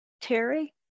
Terry